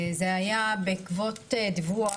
זה היה בעקבות דיווח